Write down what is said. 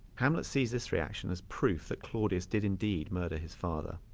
hamlet sees this reaction as proof that claudius did indeed murder his father.